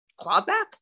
clawback